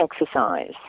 exercise